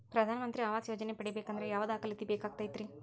ಪ್ರಧಾನ ಮಂತ್ರಿ ಆವಾಸ್ ಯೋಜನೆ ಪಡಿಬೇಕಂದ್ರ ಯಾವ ದಾಖಲಾತಿ ಬೇಕಾಗತೈತ್ರಿ?